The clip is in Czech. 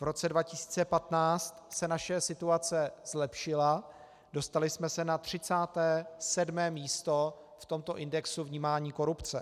V roce 2015 se naše situace zlepšila, dostali jsme se na 37. místo v tomto indexu vnímání korupce.